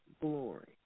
glory